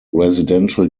residential